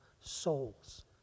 Souls